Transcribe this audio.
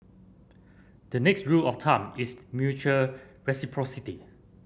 the next rule of thumb is mutual reciprocity